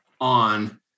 on